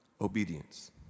obedience